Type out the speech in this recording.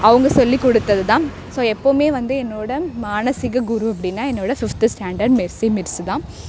அவங்க சொல்லிக்கொடுத்தது தான் ஸோ எப்போவுமே வந்து என்னோடய மானசீக குரு அப்படின்னா என்னோடய ஃபிஃப்த்து ஸ்டாண்டர்ட் மெர்சி மிஸ் தான்